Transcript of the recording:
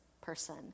person